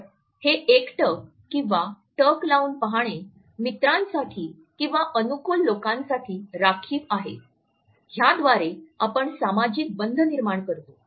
तर हे एकटक किंवा टक लावून पाहणे मित्रांसाठी किंवा अनुकूल लोकांसाठी राखीव आहे ह्याद्वारे आपण सामाजिक बंध निर्माण करतो